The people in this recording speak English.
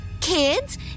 Kids